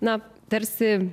na tarsi